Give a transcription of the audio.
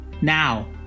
Now